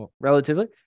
relatively